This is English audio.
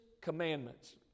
commandments